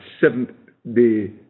seventh-day